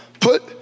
Put